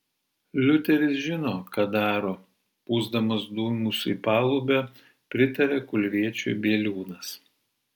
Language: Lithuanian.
liuteris žino ką daro pūsdamas dūmus į palubę pritarė kulviečiui bieliūnas